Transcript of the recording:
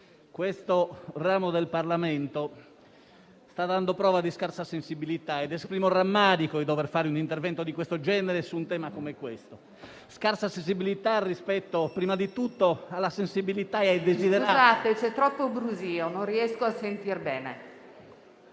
questo ramo del Parlamento sta dando prova di scarsa sensibilità ed esprimo rammarico nel dover svolgere un intervento del genere su un tema come quello oggi in discussione. Scarsa sensibilità rispetto prima di tutto alla sensibilità e ai desiderata